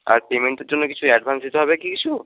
আর পেমেন্টের জন্যে কিছু অ্যাডভান্স দিতে হবে কী কিছু